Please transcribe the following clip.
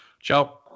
Ciao